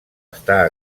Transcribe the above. estar